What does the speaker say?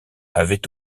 avait